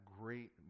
great